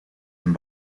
een